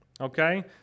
Okay